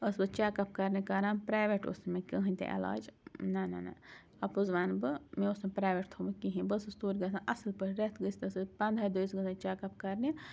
ٲسٕس check up کَرنہِ کَران پرایویٹ اوس نہٕ مےٚ کٕہٕنۍ تہِ علاج نہ نہَ نہِ اپُز وَنہٕ بہٕمےٚ اوس نہٕ پرٛیوٹ تھومُت کِہیٖنۍ بہٕ أسٕس تور گژھان اَصٕل پٲٹھۍ رٮ۪تھٔ گژھتھ أسٕس پنٛدٕہاے دۄہہِ ٲسۍ گژھان چَیک اپ کَرنہِ